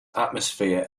atmosphere